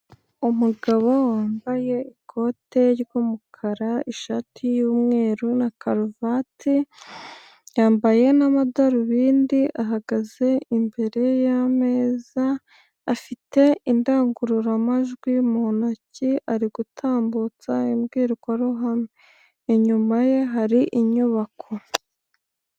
Umugabo wambaye ikote ry'umukara, ishati yumweru na karuvati yambaye n'amadarubindi ahagaze imbere y'ameza afite indangururamajwi mu ntoki ari gutambutsa imbwirwaruhame, inyuma ye hari inyubako.